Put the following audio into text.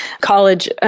college